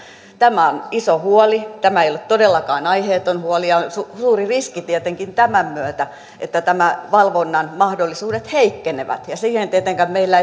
tämä on iso huoli tämä ei ole todellakaan aiheeton huoli on tietenkin tämän myötä suuri riski että tämän valvonnan mahdollisuudet heikkenevät ja siihen meillä